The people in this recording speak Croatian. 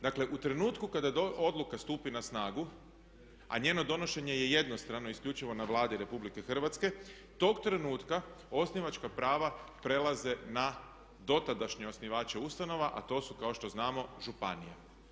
Dakle u trenutku kada odluka stupi na snagu a njeno donošenje je jednostrano isključivo na Vladi RH, tog trenutka osnivačka prava prelaze na dotadašnje osnivače ustanova a to su kao što znamo županije.